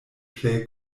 plej